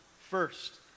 first